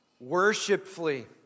worshipfully